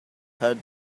had